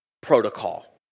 protocol